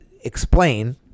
explain